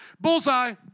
Bullseye